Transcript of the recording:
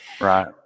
Right